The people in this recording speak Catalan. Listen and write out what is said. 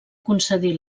concedí